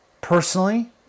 personally